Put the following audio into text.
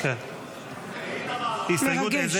מרגש.